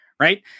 Right